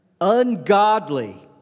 Ungodly